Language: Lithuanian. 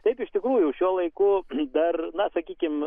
taip iš tikrųjų šiuo laiku dar na sakykim